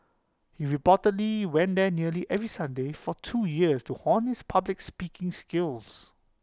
he reportedly went there nearly every Sunday for two years to hone his public speaking skills